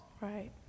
Right